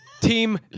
team